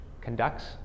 conducts